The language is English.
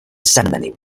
ceremony